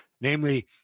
Namely